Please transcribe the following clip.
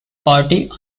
party